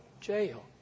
jail